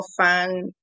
fun